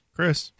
Chris